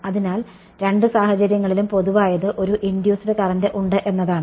അതിനാൽ രണ്ട് സാഹചര്യങ്ങളിലും പൊതുവായത് ഒരു ഇൻഡ്യൂസ്ഡ് കറന്റ് ഉണ്ട് എന്നതാണ്